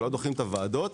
לא דוחים את הוועדות,